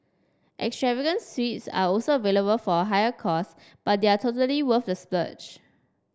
extravagant suites are also available for a higher cost but they are totally worth the splurge